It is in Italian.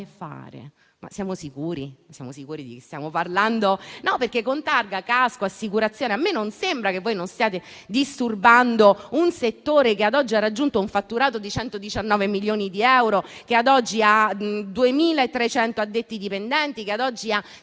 fare». Ma siamo sicuri? Siamo sicuri di chi stiamo parlando? No, perché con targa, casco e assicurazione a me non sembra che voi non stiate disturbando un settore che ad oggi ha raggiunto un fatturato di 119 milioni di euro, che ad oggi ha 2.300 addetti dipendenti, che ad oggi ha